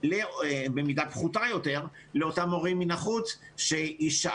ובמידה פחותה יותר לאותם מורים מן החוץ שיישארו,